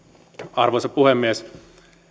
arvoisa puhemies